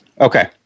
Okay